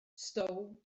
stow